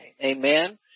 Amen